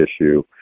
issue